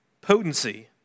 potency